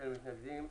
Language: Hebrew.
מי נמנע?